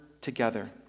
together